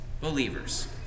believers